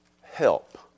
help